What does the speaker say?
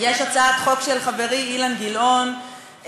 הצעת החוק תועבר להכנה לקריאה ראשונה לוועדת העבודה,